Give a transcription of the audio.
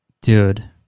Dude